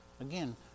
Again